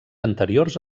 anteriors